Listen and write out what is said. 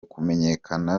kumenyekana